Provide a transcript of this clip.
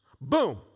Boom